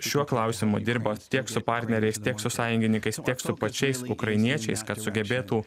šiuo klausimu dirba tiek su partneriais tiek su sąjungininkais tiek su pačiais ukrainiečiais kad sugebėtų